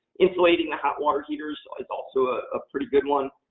insulating the hot water heaters is also a ah pretty good one.